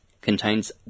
contains